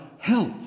health